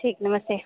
ठीक नमस्ते